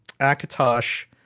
Akatosh